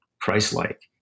price-like